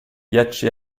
ghiacci